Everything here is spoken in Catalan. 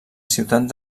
ciutat